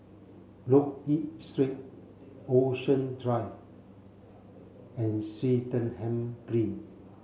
Loke Yew Street Ocean Drive and Swettenham Green